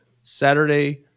Saturday